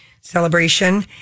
celebration